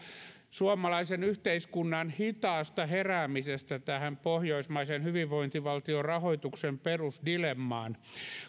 suomalaisen yhteiskunnan hitaasta heräämisestä tähän pohjoismaisen hyvinvointivaltion rahoituksen perusdilemmaan